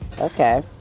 okay